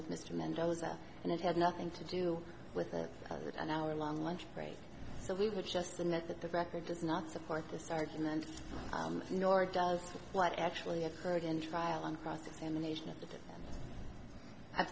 with mr mendoza and it had nothing to do with the an hour long lunch break so we would just admit that the record does not support this argument nor does to what actually occurred in trial on cross examination of the i